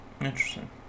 Interesting